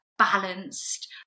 balanced